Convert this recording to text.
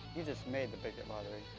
you just made the bigot lottery.